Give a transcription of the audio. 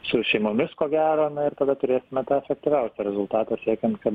su šeimomis ko gero na ir tada turėsime tą efektyviausią rezultatą siekiant kad